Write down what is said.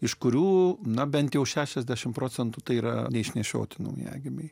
iš kurių na bent jau šešiasdešimt procentų tai yra neišnešioti naujagimiai